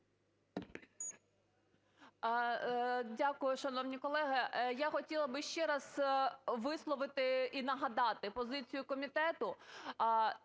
Дякую, шановні колеги. Я хотіла би ще раз висловити і нагадати позицію комітету.